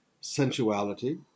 sensuality